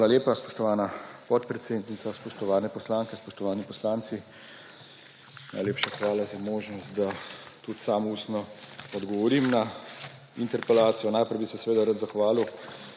Hvala lepa, spoštovana podpredsednica. Spoštovane poslanke in poslanci! Najlepša hvala za možnost, da tudi sam ustno odgovorim na interpelacijo. Najprej bi se seveda rad zahvalil